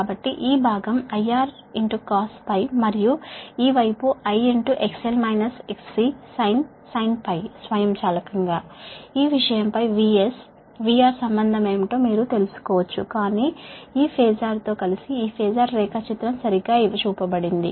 కాబట్టి ఈ భాగం IRcos ∅ మరియు ఈ వైపుI XL - XC sin ∅ స్వయంచాలకంగా ఈ విషయంపై VS VR సంబంధం ఏమిటో మీరు తెలుసుకోవచ్చు కానీ ఈ ఫాజర్ తో కలిసి ఈ ఫాజర్ రేఖాచిత్రం సరిగ్గా చూపబడింది